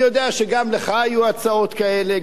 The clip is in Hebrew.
אני יודע שגם לך היו הצעות כאלה,